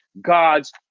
god's